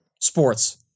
Sports